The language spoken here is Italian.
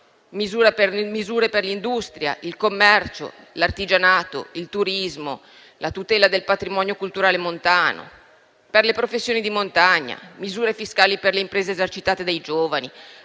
misure per l'industria, il commercio, l'artigianato, il turismo e la tutela del patrimonio culturale e montano; per le professioni di montagna, misure fiscali per le imprese esercitate dai giovani,